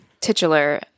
titular